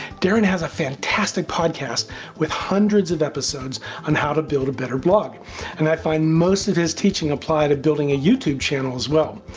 darren has a fantastic podcast with hundreds of episodes on how to build a better blog and i find most of his teaching apply to building a youtube channel as well.